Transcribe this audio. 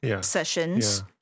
sessions